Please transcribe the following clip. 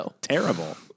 Terrible